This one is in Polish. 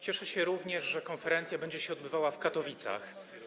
Cieszę się również, że konferencja będzie się odbywała w Katowicach.